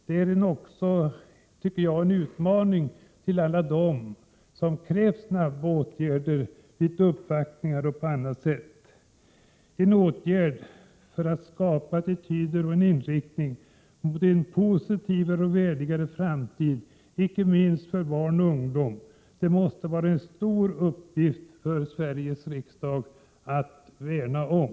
Det är också en utmaning att tillmötesgå alla dem som vid uppvaktningar och på annat sätt har krävt snabba åtgärder. Det handlar om att skapa attityder för och en inriktning mot en positivare och värdigare framtid för icke minst barn och ungdom. Detta måste vara en stor uppgift för Sveriges riksdag att värna om.